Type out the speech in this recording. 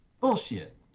Bullshit